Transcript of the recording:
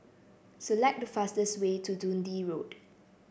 select the fastest way to Dundee Road